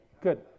good